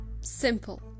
simple